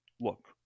look